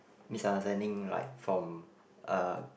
misunderstanding like from uh